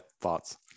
thoughts